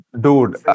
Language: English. Dude